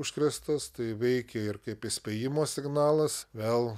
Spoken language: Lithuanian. užkrėstas tai veikė ir kaip įspėjimo signalas vėl